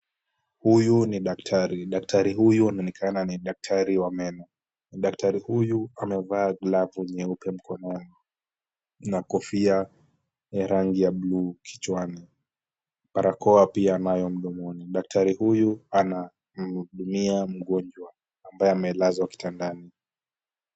Huyu ni daktari. Daktari huyu anaonekana ni daktari wa meno. Daktari huyu amevaa glavu nyeupe mkononi na kofia ya rangi ya blue kichwani, barakoa pia anayo mdomoni. Daktari huyu anamhudumia mgonjwa ambaye amelazwa kitandani.